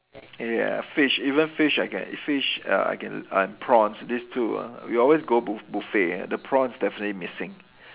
ya fish even fish I can fish uh I can and prawns this two ah we always go buff~ buffet the prawns definitely missing